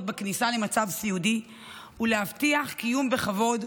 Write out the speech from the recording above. בכניסה למצב סיעודי ולהבטיח קיום בכבוד,